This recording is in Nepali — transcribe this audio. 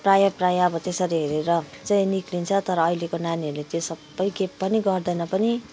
प्राय प्राय अब त्यसरी हेरेर चाहिँ निक्लिन्छ तर अहिलेको नानीहरूले चाहिँ सबै के पनि गर्दैन पनि